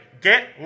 GET